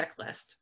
checklist